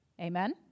amen